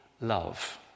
love